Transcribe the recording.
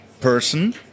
person